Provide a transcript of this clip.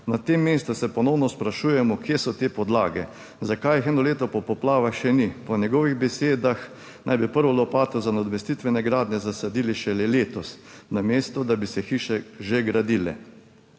Na tem mestu se ponovno sprašujemo, kje so te podlage, zakaj jih eno leto po poplavah še ni? Po njegovih besedah naj bi prvo lopato za nadomestitvene gradnje zasadili šele letos, namesto da bi se hiše že gradile.